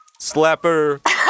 Slapper